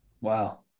Wow